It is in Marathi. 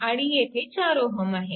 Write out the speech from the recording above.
आणि येथे 4Ω आहे